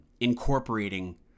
incorporating